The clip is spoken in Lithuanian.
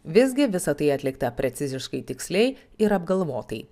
visgi visa tai atlikta preciziškai tiksliai ir apgalvotai